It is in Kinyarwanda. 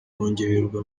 kongererwa